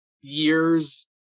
years